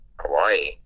Hawaii